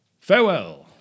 farewell